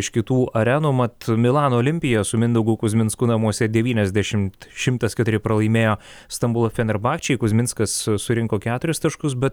iš kitų arenų mat milano olimpija su mindaugu kuzminsku namuose devyniasdešimt šimtas keturi pralaimėjo stambulo fenerbakčei kuzminskas surinko keturis taškus bet